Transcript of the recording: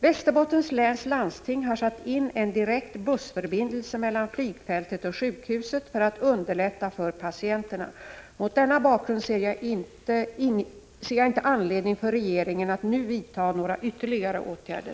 Västerbottens läns landsting har satt in en direkt bussförbindelse mellan flygfältet och sjukhuset för att underlätta för patienterna. Mot denna bakgrund ser jag inte anledning för regeringen att nu vidta några ytterligare åtgärder.